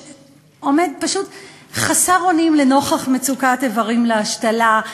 פשוט חסר אונים לנוכח מצוקת איברים להשתלה,